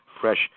fresh